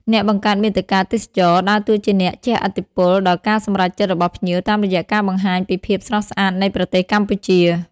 អ្នកបង្កើតមាតិកាទេសចរណ៍ ដើរតួជាអ្នកជះឥទ្ធិពលដល់ការសម្រេចចិត្តរបស់ភ្ញៀវ តាមរយៈការបង្ហាញពីភាពស្រស់ស្អាតនៃប្រទេសកម្ពុជា។